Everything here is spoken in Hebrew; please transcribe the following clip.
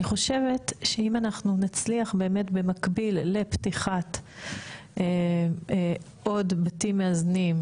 אני חושבת שאם אנחנו נצליח באמת במקביל לפתיחת עוד בתים מאזנים,